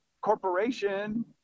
Corporation